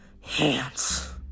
hands